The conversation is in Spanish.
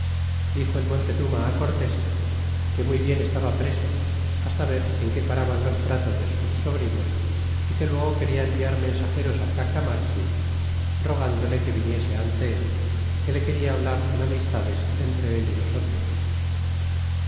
dixo el montezuma á cortés que muy bien estaba preso hasta ver en qué paraban los tratos de sus sobrinos y que luego quena enviar mensageros á cacamatzin rogándole que viniese ante él que le quena hablar en amistades entre él y nosotros